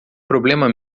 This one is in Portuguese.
problema